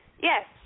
Yes